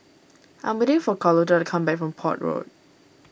I am waiting for Carlota to come back from Port Road